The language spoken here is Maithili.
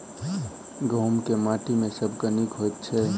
गहूम केँ माटि मे सबसँ नीक होइत छै?